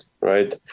right